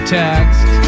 text